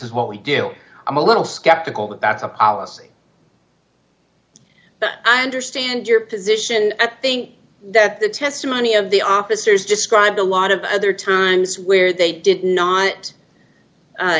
is what we do i'm a little skeptical that that's a policy but i understand your position i think that the testimony of the officers described a lot of other times where they did not